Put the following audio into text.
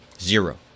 Zero